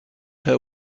her